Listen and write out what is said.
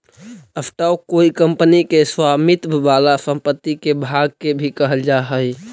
stock कोई company के स्वामित्व वाला संपत्ति के भाग के भी कहल जा हई